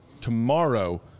tomorrow